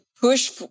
push